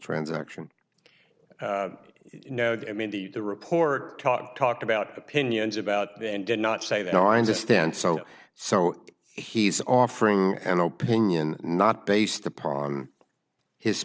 transaction no i mean the the report top talked about opinions about that and did not say that i understand so so he's offering an opinion not based upon his